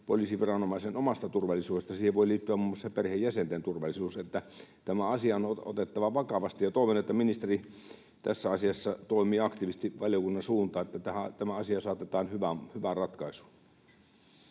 poliisiviranomaisen omasta turvallisuudesta, vaan siihen voi liittyä muun muassa perheenjäsenten turvallisuus, eli tämä asia on otettava vakavasti. Toivon, että ministeri tässä asiassa toimii aktiivisesti valiokunnan suuntaan, niin että tämä asia saatetaan hyvään ratkaisuun.